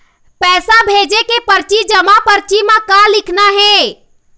पैसा भेजे के परची जमा परची म का लिखना हे?